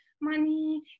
money